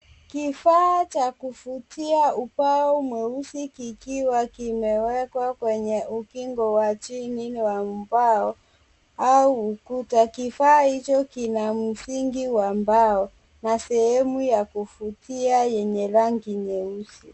Kifaa cha kufutia ubao mweusi kikiwa kimewekwa kwenye ukingo wa chini wa mbao au ukuta. kifaa hicho kina msingi wa mbao na sehemu ya kufutia yenye rangi nyeusi.